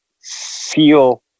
feel